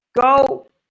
go